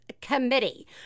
Committee